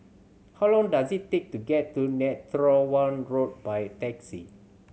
how long does it take to get to Netheravon Road by taxi